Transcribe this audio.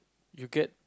you get